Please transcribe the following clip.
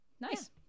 Nice